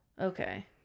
Okay